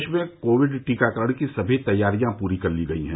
प्रदेश में कोविड टीकारण की समी तैयारियां पूरी कर ली गई हैं